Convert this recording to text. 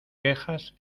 quejas